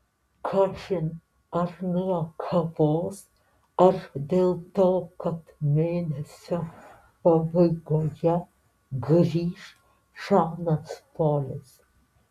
kažin ar nuo kavos ar dėl to kad mėnesio pabaigoje grįš žanas polis